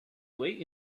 way